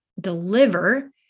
deliver